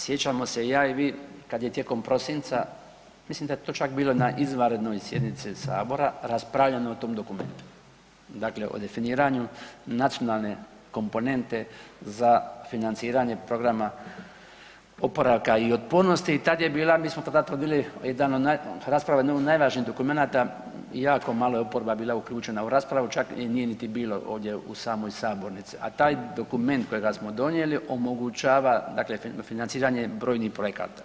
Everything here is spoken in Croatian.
Sjećamo se i ja i vi kada je tijekom prosinca, mislim da je to čak bilo na izvanrednoj sjednici Sabora, raspravljano o tom dokumentu dakle o definiranju nacionalne komponente za financiranje programa oporavka i otpornosti i mi smo tada tvrdili rasprava o jednom od najvažnijih dokumenata, jako malo je oporba bila uključena u raspravu, čak je nije niti bilo ovdje u samoj sabornici, a taj dokument kojega smo donijeli, omogućava dakle financiranje brojnih projekata.